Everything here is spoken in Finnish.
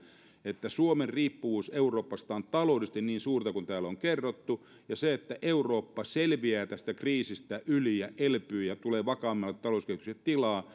että suomen riippuvuus euroopasta on taloudellisesti niin suurta kuin täällä on kerrottu ja sillä että eurooppa selviää tästä kriisistä yli ja elpyy ja tulee vakaammalle talouskehykselle tilaa